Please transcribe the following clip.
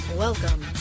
Welcome